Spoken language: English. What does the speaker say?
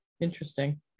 Interesting